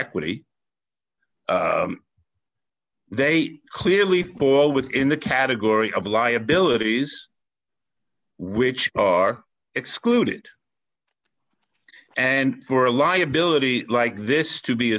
equity they clearly fall within the category of liabilities which are excluded and for a liability like this to be